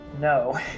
No